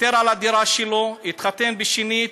ויתר על הדירה שלו, התחתן שנית,